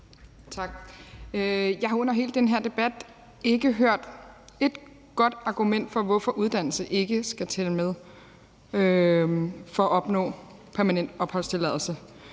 Tak. Jeg har under hele den her debat ikke hørt et godt argument for, hvorfor uddannelse ikke skal tælle med i at opnå permanent opholdstilladelse.